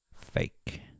fake